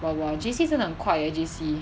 but !wah! J_C 真的很快 eh J_C